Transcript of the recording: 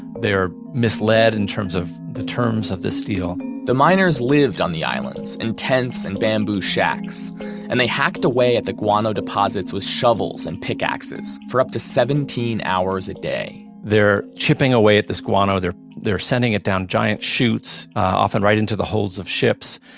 they are misled in terms of the terms of this deal the miners lived on the islands in tents and bamboo shacks and they hacked away at the guano deposits with shovels and pickaxes for up to seventeen hours a day they're chipping away at this guano. they're they're sending it down giant shoots, often right into the holds of ships.